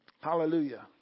Hallelujah